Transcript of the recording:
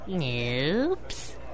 Oops